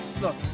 Look